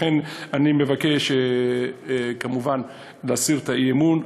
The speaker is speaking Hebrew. לכן, אני מבקש כמובן להסיר את האי-אמון.